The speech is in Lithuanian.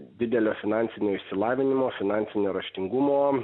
didelio finansinio išsilavinimo finansinio raštingumo